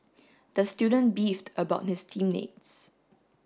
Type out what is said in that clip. the student beefed about his team mates